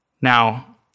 Now